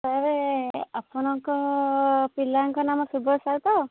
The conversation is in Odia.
ଏ ଆପଣଙ୍କ ପିଲାଙ୍କ ନାମ ଶୁଭ ସାହୁ ତ